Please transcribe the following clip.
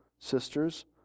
sisters